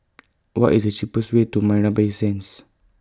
What IS The cheapest Way to Marina Bay Sands